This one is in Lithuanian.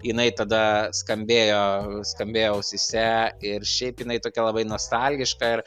jinai tada skambėjo skambėjo ausyse ir šiaip jinai tokia labai nostalgiška ir